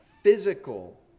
physical